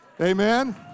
Amen